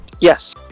Yes